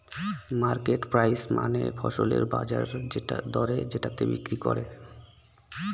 market price মানে ফসলের বাজার দরে যেটাতে বিক্রি করে